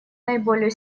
наиболее